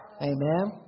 amen